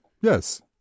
Yes